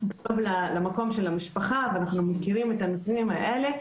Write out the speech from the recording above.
נוהגת לגור קרוב למקום של המשפחה ואנחנו מכירים את הנתונים האלה,